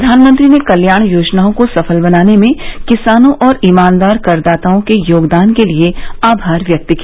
प्रधानमंत्री ने कल्याण योजनाओं को सफल बनाने में किसानों और ईमानदार करदाताओं के योगदान के लिए आभार व्यक्त किया